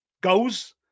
goes